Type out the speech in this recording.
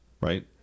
right